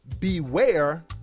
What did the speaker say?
beware